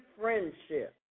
friendship